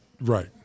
Right